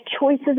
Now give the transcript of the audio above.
choices